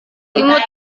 imut